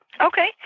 Okay